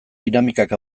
dinamikak